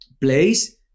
place